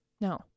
no